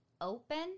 open